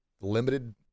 limited